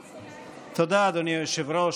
תודה, אדוני היושב-ראש.